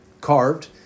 carved